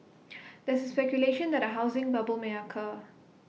there is speculation that A housing bubble may occur